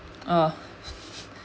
oh